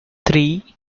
three